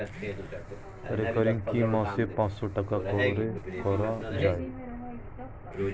Recurring কি মাসে পাঁচশ টাকা করে করা যায়?